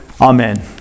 Amen